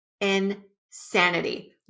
insanity